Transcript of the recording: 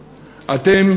אל תתגאו בתקציב הזה.